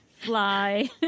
fly